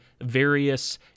various